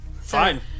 fine